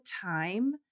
time